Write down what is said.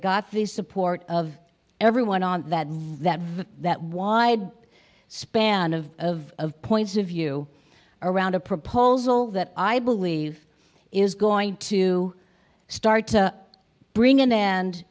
got the support of everyone on that that that wide span of points of view around a proposal that i believe is going to start to bring an end